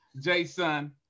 jason